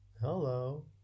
hello